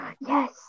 Yes